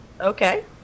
Okay